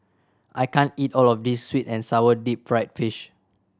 I can't eat all of this sweet and sour deep fried fish